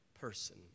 person